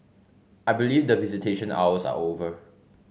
I believe that visitation hours are over